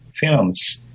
films